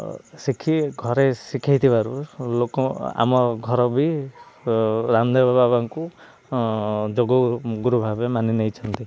ଶିଖି ଘରେ ଶିଖେଇ ଥିବାରୁ ଲୋକ ଆମ ଘର ବି ରାମଦେବ ବାବାଙ୍କୁ ଯୋଗ ଗୁରୁ ଭାବେ ମାନି ନେଇଛନ୍ତି